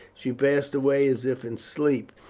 she passed away as if in sleep.